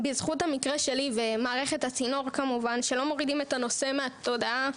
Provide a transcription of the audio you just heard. בזכות המקרה שלי ומערכת הצינור כמובן שלא מורידים את הנושא מהתודעה,